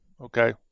Okay